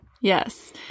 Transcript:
Yes